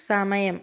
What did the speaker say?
സമയം